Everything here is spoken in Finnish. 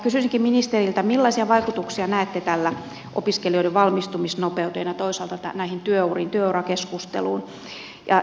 kysyisinkin ministeriltä millaisia vaikutuksia näette tällä opiskelijoiden valmistumisnopeuteen ja toisaalta näihin työuriin työurakeskusteluun